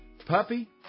Puppy